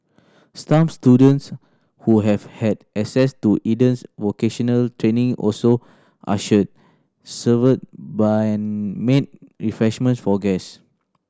some students who have had access to Eden's vocational training also ushered served by made refreshments for guests